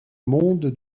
monde